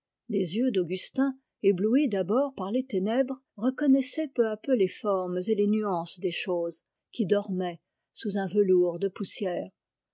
les yeux d'augustin éblouis d'abord par les ténèbres reconnaissaient peu à peu les formes et les nuances des choses qui dormaient sous un velours de poussière